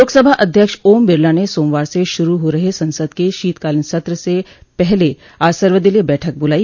लोकसभा अध्यक्ष ओम बिरला ने सोमवार से शुरू हो रहे संसद के शीताकालीन सत्र से पहले आज सर्वदलीय बैठक बुलाई